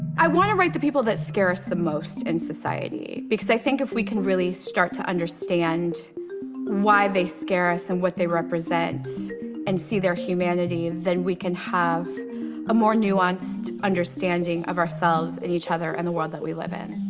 i want to write the people that scare us the most in society because i think if we can really start to understand why they scare us and what they represent and see their humanity then we can have a more nuanced understanding of ourselves, each other, and the world that we live in.